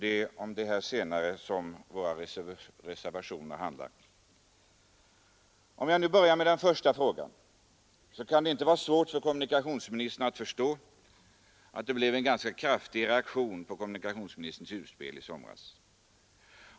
Det är om detta senare som våra reservationer handlar. Om jag då börjar med den första frågan, så vill jag säga att det inte kan vara svårt för kommunikationsministern att förstå att det blev en ganska kraftig reaktion på hans utspel i somras.